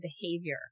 behavior